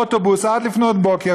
אוטובוסים עד לפנות בוקר.